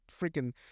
freaking